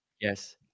Yes